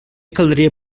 caldria